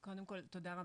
קודם כל תודה רבה.